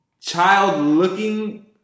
child-looking